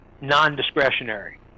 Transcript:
non-discretionary